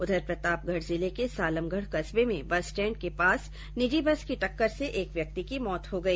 उधर प्रतापगढ़ जिले के सालमगढ़ कस्बे में बस स्टैण्ड के पास निजी बस की टक्कर से एक व्यक्ति की मौत हो गई